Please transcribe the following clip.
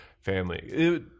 family